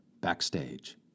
backstage